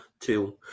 two